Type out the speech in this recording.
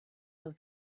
from